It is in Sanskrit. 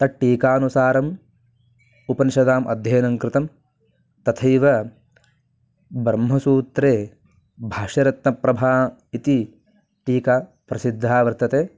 तट्टीकानुसारम् उपनिषदाम् अध्ययनं कृतं तथैव ब्रह्मसूत्रे भाष्यरत्नप्रभा इति टीका प्रसिद्धा वर्तते